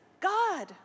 God